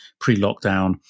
pre-lockdown